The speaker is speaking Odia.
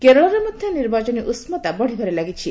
କେରଳରେ ମଧ୍ୟ ନିର୍ବାଚନୀ ଉଷ୍କତା ବଢ଼ିବାରେ ଲାଗିଛି